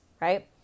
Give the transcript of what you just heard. right